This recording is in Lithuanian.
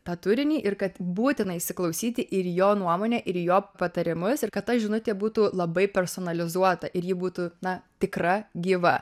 tą turinį ir kad būtina įsiklausyti ir į jo nuomonę ir į jo patarimus ir kad ta žinutė būtų labai personalizuota ir ji būtų na tikra gyva